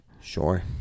Sure